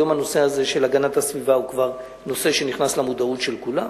היום הנושא הזה של הגנת הסביבה הוא כבר נושא שנכנס למודעות של כולם.